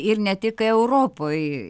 ir ne tik europoj